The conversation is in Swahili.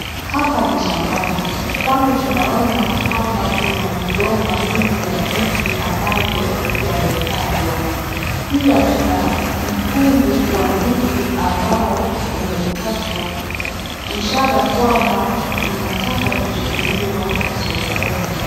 Hapa ni shambani kwani tunaona kwamba kuna migomba mingi ya ndizi ambayo yamepandwa. Pia tuna mkungu wa ndizi ambao umekatwa ishara kwamba inataka kuchukuliwa sokoni.